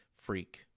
freak